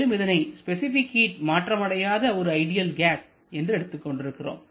மேலும் இதனை specific heat மாற்றம் அடையாத ஒரு ஐடியல் கேஸ் என்று எடுத்துக் கொண்டிருக்கிறோம்